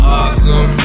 awesome